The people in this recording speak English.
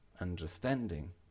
understanding